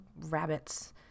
rabbits